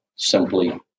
simply